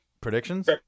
Predictions